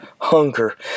hunger